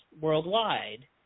worldwide